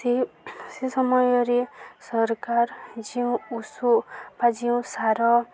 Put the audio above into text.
ସେ ସେ ସମୟରେ ସରକାର ଯେଉଁ ଉଷୁ ବା ଯେଉଁ ସାର